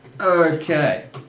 okay